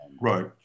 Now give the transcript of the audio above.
right